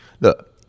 Look